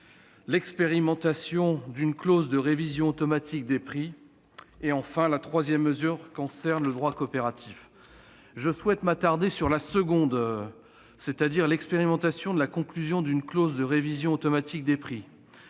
l'expérimentation d'une clause de révision automatique des prix, et une disposition concernant le droit coopératif. Je souhaite m'attarder sur la deuxième mesure, l'expérimentation de la conclusion d'une clause de révision automatique des prix.